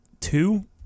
two